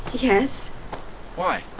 yes why?